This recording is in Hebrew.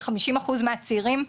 לחמישים אחוז מהצעירים,